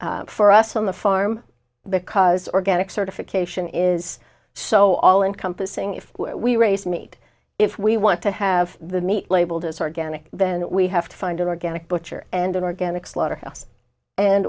for us on the farm because organic certification is so all encompassing if we raise meat if we want to have the meat labeled as organic then we have to find organic butcher and an organic slaughterhouse and